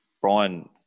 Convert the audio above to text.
Brian